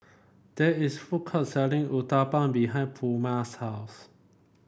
there is food court selling Uthapam behind Pluma's house